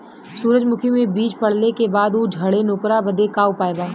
सुरजमुखी मे बीज पड़ले के बाद ऊ झंडेन ओकरा बदे का उपाय बा?